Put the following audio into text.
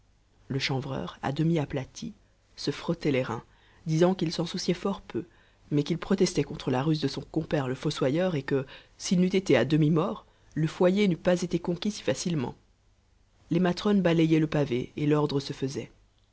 le chanvreur à demi aplati se frottait les reins disant qu'il s'en souciait fort peu mais qu'il protestait contre la ruse de son compère le fossoyeur et que s'il n'eût été à demi mort le foyer n'eût pas été conquis si facilement les matrones balayaient le pavé et l'ordre se faisait